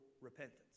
repentance